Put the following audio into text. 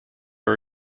are